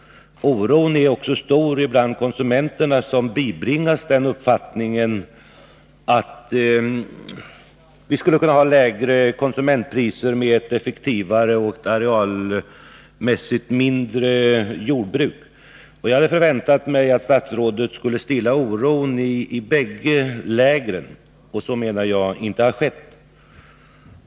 Oron är också stor bland konsumenterna som bibringas den uppfattningen att vi skulle kunna ha lägre konsumentpriser med ett effektivare och arealmässigt mindre jordbruk. Jag hade förväntat mig att statsrådet skulle stilla oron i bägge lägren. Så menar jag har inte skett.